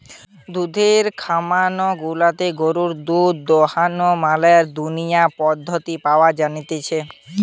দুধের খামার গুলাতে গরুর দুধ দোহানোর ম্যালা আধুনিক পদ্ধতি পাওয়া জাতিছে